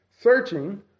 searching